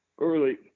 early